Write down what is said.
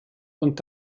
und